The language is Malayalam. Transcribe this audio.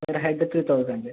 പെർ ഹെഡ്ക്ക് തൗസൻഡ്